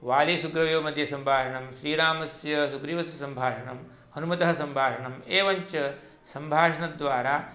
वालीसुग्रीवयोः मध्ये सम्भाषणं श्रीरामस्य सुग्रीवस्सम्भाषणं हनुमतः सम्भाषणम् एवञ्च सम्भाषणद्वारा